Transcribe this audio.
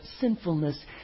sinfulness